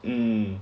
um